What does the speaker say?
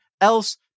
else